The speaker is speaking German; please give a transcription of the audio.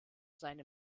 seine